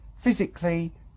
Physically